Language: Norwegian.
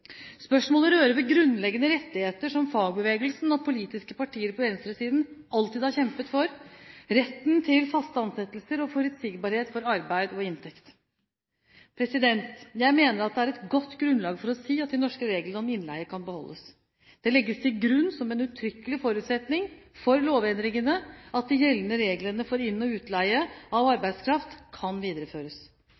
Spørsmålet rører ved grunnleggende rettigheter som fagbevegelsen og politiske partier på venstresiden alltid har kjempet for: retten til faste ansettelser og forutsigbarhet for arbeid og inntekt. Jeg mener at det er godt grunnlag for å si at de norske reglene om innleie kan beholdes. Det legges til grunn som en uttrykkelig forutsetning for lovendringene, at de gjeldende reglene for inn- og utleie av